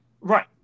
Right